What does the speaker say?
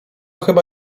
chyba